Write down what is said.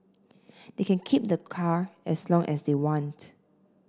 they can keep the car as long as they want